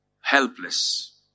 helpless